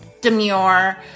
demure